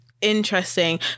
interesting